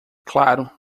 claro